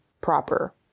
proper